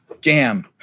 jam